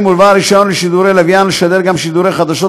ולבעל רישיון לשידורי לוויין לשדר גם שידורי חדשות